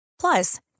Plus